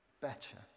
better